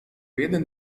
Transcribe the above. jeden